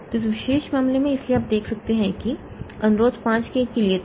तो इस विशेष मामले में इसलिए आप देख सकते हैं कि अनुरोध 5 K के लिए था